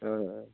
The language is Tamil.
ம்